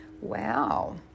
Wow